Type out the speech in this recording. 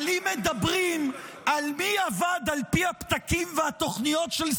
אבל אם מדברים על מי עבד על פי הפתקים והתוכניות של סנוואר,